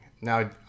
Now